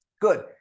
good